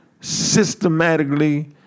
systematically